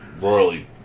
royally